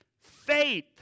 faith